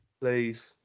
Please